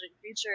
creature